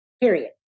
period